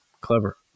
Clever